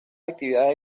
actividades